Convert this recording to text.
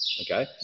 okay